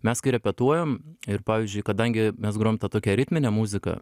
mes kai repetuojam ir pavyzdžiui kadangi mes grojam tą tokią ritminę muziką